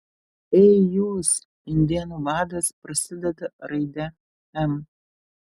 ei jūs indėnų vadas prasideda raide m